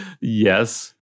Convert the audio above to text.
yes